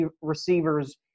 receivers